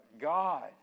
God